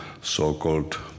so-called